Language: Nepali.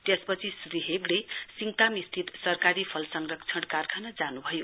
त्यसपछि श्री हेगड़े सिङताम स्थित सरकारी फल सँरक्षण कारखाना जान्भयो